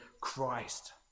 Christ